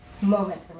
moment